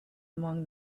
among